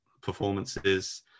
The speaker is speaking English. performances